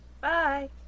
Bye